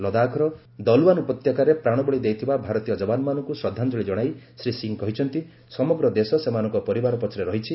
ଲଦାଖର ଦଲୱାନ୍ ଉପତ୍ୟକାରେ ପ୍ରାଶବଳୀ ଦେଇଥିବା ଭାରତୀୟ ଯବାନମାନଙ୍କୁ ଶ୍ରଦ୍ଧାଞ୍ଜଳୀ ଜଣାଇ ଶ୍ରୀ ସିଂହ କହିଛନ୍ତି ସମଗ୍ର ଦେଶ ସେମାନଙ୍କ ପରିବାର ପଛରେ ରହିଛି